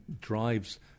drives